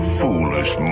foolish